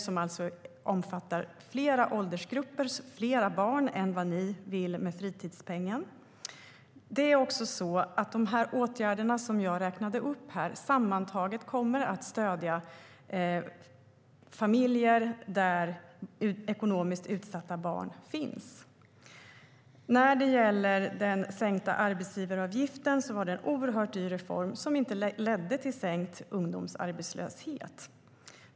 Det omfattar alltså fler åldersgrupper och fler barn än det ni vill göra med fritidspengen. Det är också så att de åtgärder jag räknade upp sammantaget kommer att stödja familjer där ekonomiskt utsatta barn finns. När det gäller den sänkta arbetsgivaravgiften var det en oerhört dyr reform som inte ledde till sänkt ungdomsarbetslöshet.